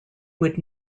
would